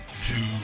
Two